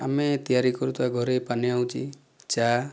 ଆମେ ତିଆରି କରୁଥିବା ଘରେ ପାନୀୟ ହେଉଛି ଚାହା